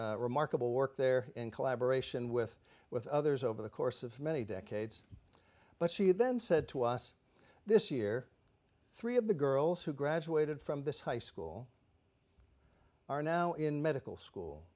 remarkable work there in collaboration with with others over the course of many decades but she then said to us this year three of the girls who graduated from this high school are now in medical school